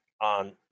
on